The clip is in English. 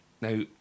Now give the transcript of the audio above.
now